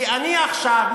כי אני עכשיו,